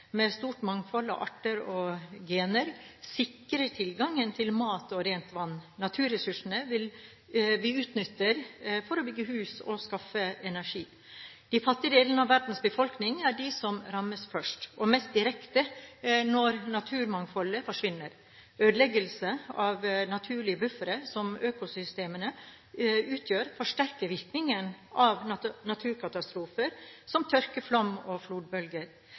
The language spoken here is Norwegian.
med stort mangfold av arter og gener, sikrer tilgangen til mat og rent vann – naturressursene vi utnytter for å bygge hus og skaffe energi. De fattige av verdens befolkning er de som rammes først og mest direkte når naturmangfoldet forsvinner. Ødeleggelse av naturlige buffere som økosystemene utgjør, forsterker virkningene av naturkatastrofer som tørke, flom og flodbølger.